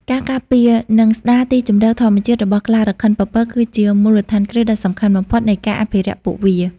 ការការពារ និងស្តារទីជម្រកធម្មជាតិរបស់ខ្លារខិនពពក គឺជា មូលដ្ឋានគ្រឹះដ៏សំខាន់បំផុត នៃការអភិរក្សពួកវា។